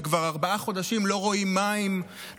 שכבר ארבעה חודשים לא רואים בית,